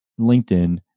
LinkedIn